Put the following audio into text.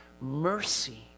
mercy